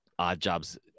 Oddjob's